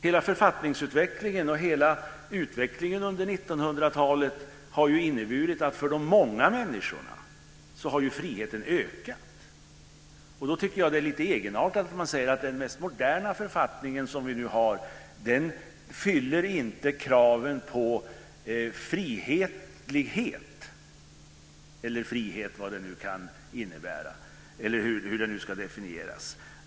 Hela författningsutvecklingen - hela utvecklingen under 1900-talet - har inneburit att för de många människorna har friheten ökat. Då tycker jag att det är lite egenartat att man säger att den mest moderna författningen - den som vi nu har - inte uppfyller kraven på frihetlighet eller frihet, hur det nu ska definieras.